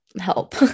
help